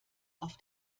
auf